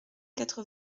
quatre